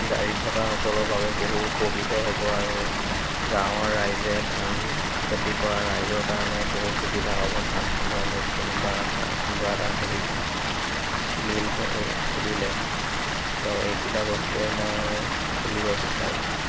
গাড়ী থকাসকলৰ বাবে বহু উপকৃত হ'ব আৰু গাঁৱৰ ৰাইজে ধান খেতি কৰা ৰাইজৰ কাৰণেও বহুত সুবিধা হ'ব ধান খুন্দোৱা মেচিন বা ধান খুন্দোৱা এটা হেৰি মিল খু খুলিলে তো এইকেইটা বস্তুৱেই মই খুলিব বিচাৰোঁ